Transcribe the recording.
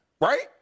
Right